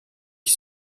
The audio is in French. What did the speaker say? qui